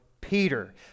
Peter